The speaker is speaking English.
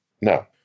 no